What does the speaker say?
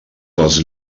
les